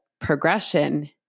progression